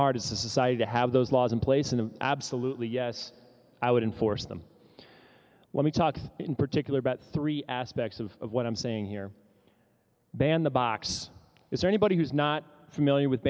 hard as a society to have those laws in place in the absolutely yes i wouldn't force them let me talk in particular about three aspects of what i'm saying here ban the box is anybody who's not familiar with